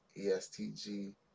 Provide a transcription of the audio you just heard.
ESTG